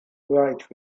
bright